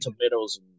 tomatoes